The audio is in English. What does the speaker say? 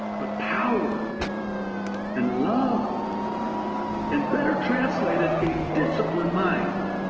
but power and love and better translated a disciplined mind.